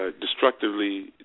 destructively